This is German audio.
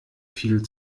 viel